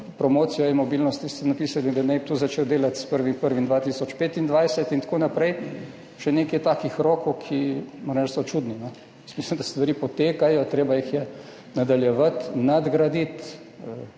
promocijo mobilnosti, napisali, da naj bi tu začel delati s 1. 1. 2025 in tako naprej, še nekaj takih rokov, ki so, moram reči, čudni. Jaz mislim, da stvari potekajo, treba jih je nadaljevati, nadgraditi,